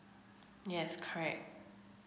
yes correct